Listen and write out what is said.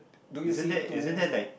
do you see two